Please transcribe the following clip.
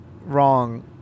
wrong